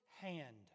hand